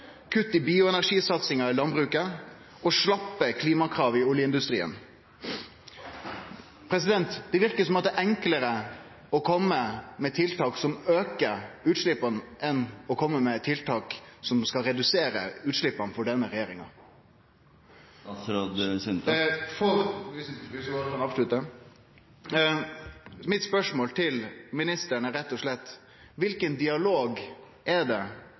kutt i bioenergisatsinga i landbruket og slappe klimakrav i oljeindustrien. Det verkar som om det for denne regjeringa er enklare å kome med tiltak som aukar utsleppa, enn å kome med tiltak som skal redusere utsleppa. Mitt spørsmål til ministeren er rett og slett: Kva for dialog er det